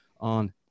on